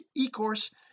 eCourse